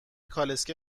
کالسکه